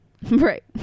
right